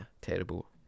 Terrible